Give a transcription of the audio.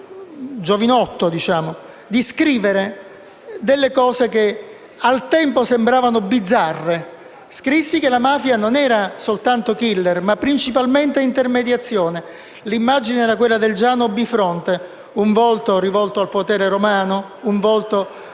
giovinotto, di scrivere delle cose che al tempo sembravano bizzarre. Scrissi che la mafia non era soltanto *killer* ma principalmente era intermediazione. L'immagine era quella del Giano bifronte, con un volto rivolto al potere romano e un volto